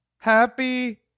Happy